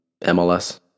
MLS